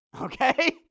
Okay